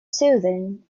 soothing